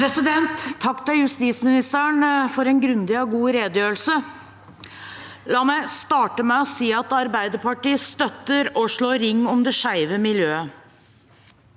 Takk til justismi- nisteren for en grundig og god redegjørelse. La meg starte med å si at Arbeiderpartiet støtter og slår ring om det skeive miljøet.